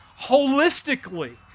holistically